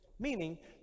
Meaning